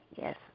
Yes